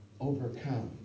overcome